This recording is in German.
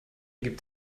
gibt